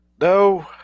No